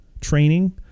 training